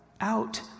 Out